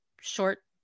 short